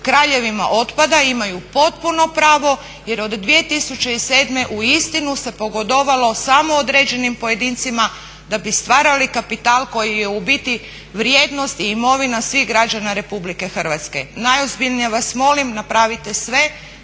kraljevima otpada, imaju potpuno pravo jer od 2007. uistinu se pogodovalo samo određenim pojedincima da bi stvarali kapital koji je u biti vrijednost i imovina svih građana Republike Hrvatske. Najozbiljnije vas molim napravite sve